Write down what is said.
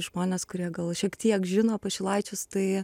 žmonės kurie gal šiek tiek žino pašilaičius tai